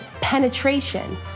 Penetration